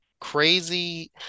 crazy